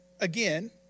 again